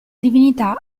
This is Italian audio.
divinità